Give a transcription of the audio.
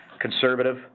conservative